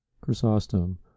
Chrysostom